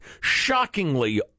shockingly